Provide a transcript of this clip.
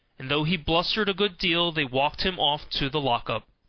and though he blustered a good deal they walked him off to the lock-up,